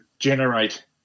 generate